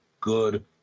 good